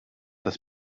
das